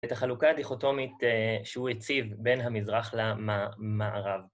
את החלוקה הדיכוטומית שהוא הציב בין המזרח למערב.